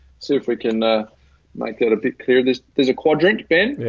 so if we can make that a bit clearer. this, there's a quadrant ben,